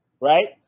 right